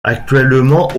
actuellement